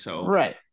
Right